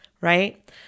right